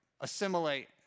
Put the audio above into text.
assimilate